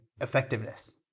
effectiveness